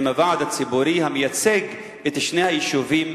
הוועד הציבורי המייצג את שני היישובים,